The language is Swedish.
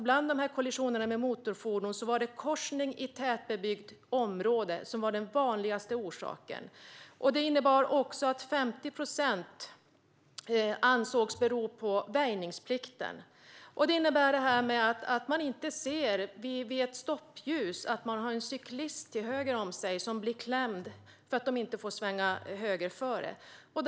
Bland dessa kollisioner var det korsning i tätbebyggt område som var den vanligaste orsaken. 50 procent av kollisionerna ansågs bero på väjningsplikten. Vid ett stoppljus ser man inte om man har en cyklist till höger om sig som hamnar i kläm för att cyklisten inte får svänga till höger före motorfordon.